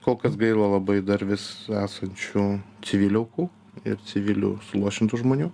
kol kas gaila labai dar vis esančių civilių aukų ir civilių suluošintų žmonių